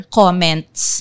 comments